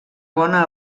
bona